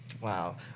wow